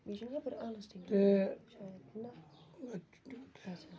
تہٕ